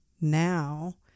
now